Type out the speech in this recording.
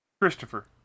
Christopher